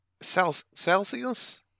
Celsius